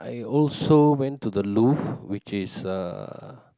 I also went to the Louvre which is uh